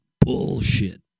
bullshit